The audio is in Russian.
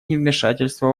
невмешательства